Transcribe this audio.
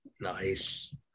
Nice